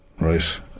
right